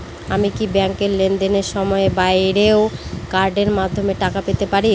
আমি কি ব্যাংকের লেনদেনের সময়ের বাইরেও কার্ডের মাধ্যমে টাকা পেতে পারি?